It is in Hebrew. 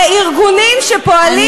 לארגונים שפועלים